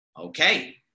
Okay